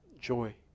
joy